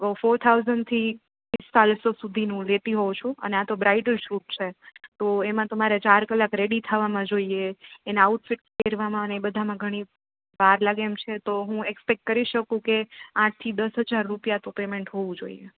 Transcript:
ઓ four thousand થી પિસ્તાલીસો સુધીનું હું લેતી હોઉ છું અને આ તો બ્રાઈડર સૂટ છે તો એમા તો મારે ચાર કલાક રેડી થવામાં જોઈએ એના આઉટ ફિટ પેરવામાં બધામાં ઘણી વાર લાગે એમ છે તો હું એક્સપેટ કરી સકું કે આઠ થી દસ હજાર રૂપિયા તો પેમેન્ટ હોવું જોઈએ